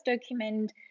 document